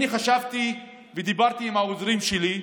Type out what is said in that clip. אני חשבתי ודיברתי עם העוזרים שלי,